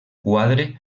quadre